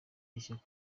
ishyaka